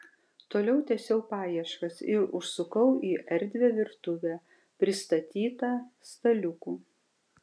toliau tęsiau paieškas ir užsukau į erdvią virtuvę pristatytą staliukų